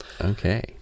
Okay